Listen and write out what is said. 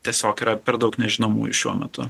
tiesiog yra per daug nežinomųjų šiuo metu